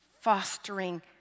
Fostering